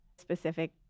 specific